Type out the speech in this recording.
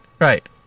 right